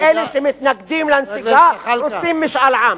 אלה שמתנגדים לנסיגה רוצים משאל עם,